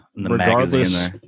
Regardless